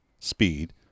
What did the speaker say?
speed